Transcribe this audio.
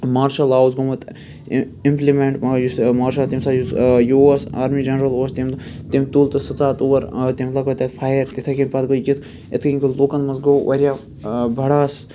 martial law اوس گوٚمُت اِم اِمپلِمٮ۪نٹ یُس مارشَل تمہِ ساتہٕ یُس یہِ اوس آرمی جَنرَل اوس تٔمۍ تٔمۍ تُل تہٕ سُہ ژاو تور تٔمۍ لَگو تَتہِ فایَر تِتھے کٔنۍ پَتہٕ گوٚو کِتھ اِتھ کنۍ گوٚو لُکَن منٛز گوٚو واریاہ بَڑاس